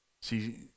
See